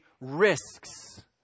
risks